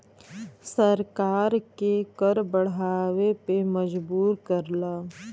सरकार के कर बढ़ावे पे मजबूर करला